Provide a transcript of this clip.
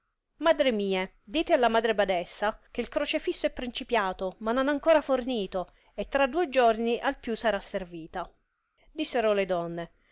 madre mie dite alla madre badessa che t crocefisso è principiato ma non ancora fornito e tra duoi giorni al più sarà servita dissero le donne